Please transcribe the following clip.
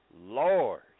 Lord